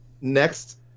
Next